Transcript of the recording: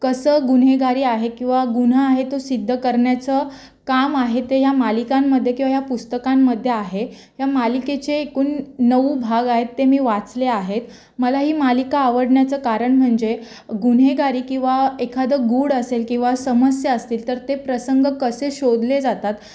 कसं गुन्हेगारी आहे किंवा गुन्हा आहे तो सिद्ध करण्याचं काम आहे ते या मालिकांमध्ये किंवा या पुस्तकांमध्ये आहे या मालिकेचे एकूण नऊ भाग आहेत ते मी वाचले आहेत मला ही मालिका आवडण्याचं कारण म्हणजे गुन्हेगारी किंवा एखादं गूढ असेल किंवा समस्या असतील तर ते प्रसंग कसे शोधले जातात